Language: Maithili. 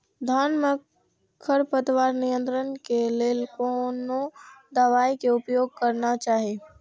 धान में खरपतवार नियंत्रण के लेल कोनो दवाई के उपयोग करना चाही?